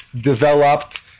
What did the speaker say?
developed